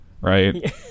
right